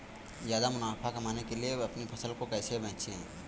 ज्यादा मुनाफा कमाने के लिए अपनी फसल को कैसे बेचें?